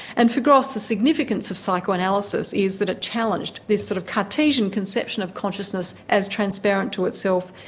and for gross the significance of psychoanalysis is that it challenged this sort of cartesian conception of consciousness as transparent to itself,